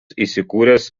įsikūręs